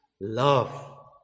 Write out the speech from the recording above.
love